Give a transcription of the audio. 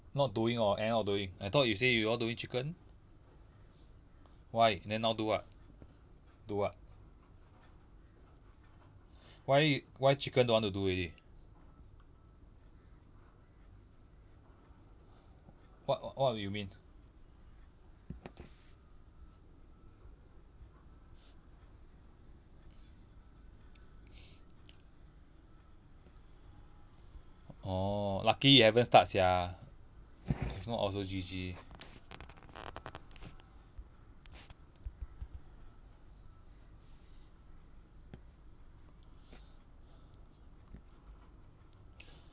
not doing or end up doing I thought you say you all don't eat chicken why then now do what do what why why chicken don't want to do already what what you mean orh lucky you haven't start sia if not also G_G